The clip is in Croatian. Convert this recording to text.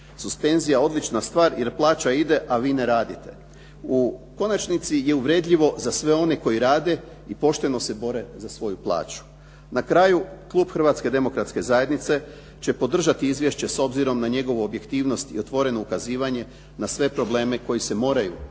suspenzija odlična stvar jer plaća ide a vi ne radite. U konačnici je uvredljivo za sve one koji rade i pošteno se bore za svoju plaću. Na kraju klub Hrvatske demokratske zajednice će podržati izvješće s obzirom na njegovu objektivnost i otvoreno ukazivanje na sve probleme koji se moraju razriješiti